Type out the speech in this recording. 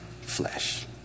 flesh